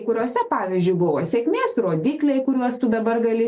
kuriose pavyzdžiui buvo sėkmės rodikliai kuriuos tu dabar gali